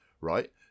right